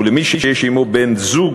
ולמי שיש עמו בן-זוג,